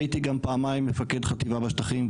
הייתי גם פעמיים מפקד חטיבה בשטחים,